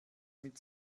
mit